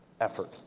effort